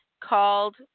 called